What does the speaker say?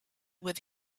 with